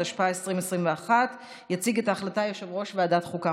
התשפ"א 2021. יציג את ההחלטה יו"ר ועדת החוקה,